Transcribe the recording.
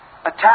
attack